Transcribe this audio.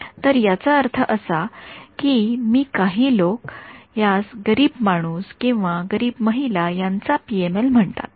तर याचा अर्थ असा आहे की काही लोक यास गरीब माणूस किंवा गरीब महिला यांचा पीएमएल म्हणतात